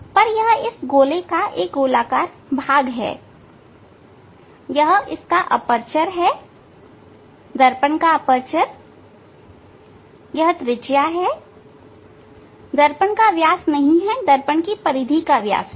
पर यह इस गोले का गोलाकार भाग है यह अपर्चर है दर्पण का अपर्चर त्रिज्या है दर्पण का व्यास नहीं है दर्पण की परिधि का व्यास है